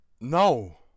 No